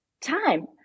time